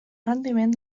rendiment